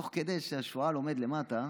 תוך כדי שהשועל עומד למטה,